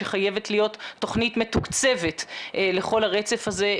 שחייבת להיות תוכנית מתוקצבת לכל הרצף הזה.